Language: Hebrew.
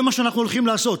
זה מה שאנחנו הולכים לעשות,